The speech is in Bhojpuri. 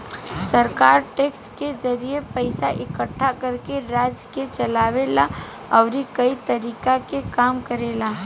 सरकार टैक्स के जरिए पइसा इकट्ठा करके राज्य के चलावे ला अउरी कई तरीका के काम करेला